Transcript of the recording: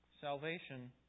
Salvation